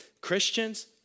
Christians